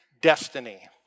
Destiny